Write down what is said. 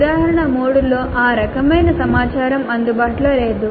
ఉదాహరణ 3 లో ఆ రకమైన సమాచారం అందుబాటులో లేదు